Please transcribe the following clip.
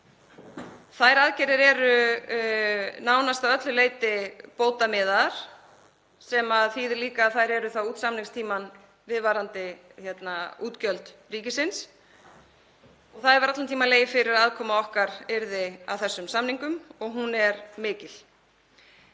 Þær aðgerðir eru nánast að öllu leyti bótamiðaðar, sem þýðir líka að þær eru þá út samningstímann viðvarandi útgjöld ríkisins. Það hefur allan tímann legið fyrir að aðkoma okkar yrði að þessum samningum og hún er mikil.